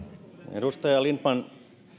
edustaja lindtman